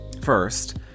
First